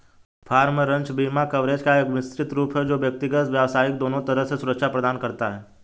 farm, ranch बीमा coverage का एक मिश्रित रूप है जो व्यक्तिगत, व्यावसायिक दोनों तरह से सुरक्षा प्रदान करता है